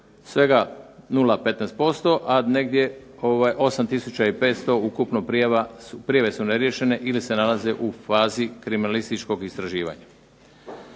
svega 0,15%, a negdje 8 500 ukupno prijave su neriješene ili se nalaze u fazi kriminalističkog istraživanja.